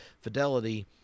fidelity